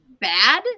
bad